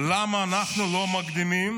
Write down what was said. למה אנחנו לא מקדימים,